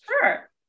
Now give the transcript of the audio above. Sure